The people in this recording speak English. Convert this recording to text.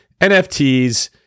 NFTs